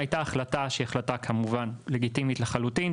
הייתה החלטה שהיא כמובן החלטה לגיטימית לחלוטין,